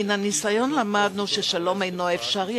מן הניסיון למדנו ששלום אינו אפשרי